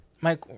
Mike